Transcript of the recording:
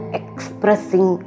expressing